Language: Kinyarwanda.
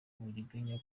uburiganya